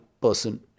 person